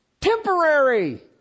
Temporary